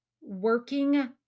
working